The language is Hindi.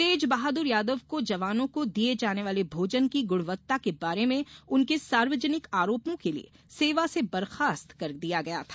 तेज बहादुर यादव को जवानों को दिए जाने वाले भोजन की गुणवत्ता के बारे में उनके सार्वजनिक आरोपों के लिए सेवा से बर्खास्त कर दिया गया था